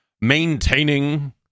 maintaining